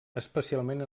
especialment